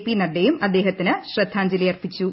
P നദ്ദയും അദ്ദേഹത്തിന് ശ്രദ്ധാഞ്ജലി അർപ്പിച്ചു